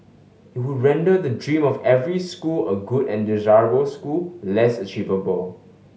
it would render the dream of every school a good and desirable school less achievable